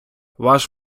ваш